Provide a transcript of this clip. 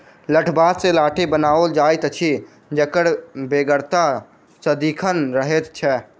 लठबाँस सॅ लाठी बनाओल जाइत अछि जकर बेगरता सदिखन रहैत छै